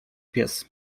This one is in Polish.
pies